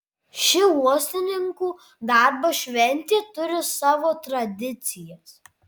ši uostininkų darbo šventė turi savo tradicijas